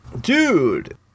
Dude